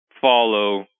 follow